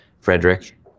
Frederick